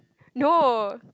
no